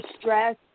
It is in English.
stress